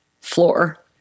floor